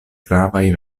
gravaj